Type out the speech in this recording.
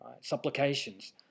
supplications